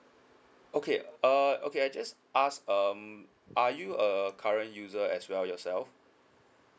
okay uh okay I just ask um are you a current user as well yourself